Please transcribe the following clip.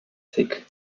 thick